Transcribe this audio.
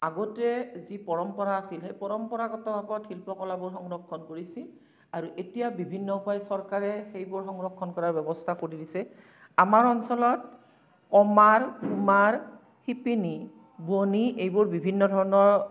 আগতে যি পৰম্পৰা আছিল সেই পৰম্পৰাগতভাৱত শিল্পকলাবোৰ সংৰক্ষণ কৰিছিল আৰু এতিয়া বিভিন্ন উপায়ে চৰকাৰে সেইবোৰ সংৰক্ষণ কৰাৰ ব্যৱস্থা কৰি দিছে আমাৰ অঞ্চলত কমাৰ কুমাৰ শিপিনী বোৱনী এইবোৰ বিভিন্ন ধৰণৰ